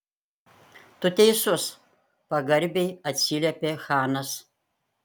tu teisus pagarbiai atsiliepė chanas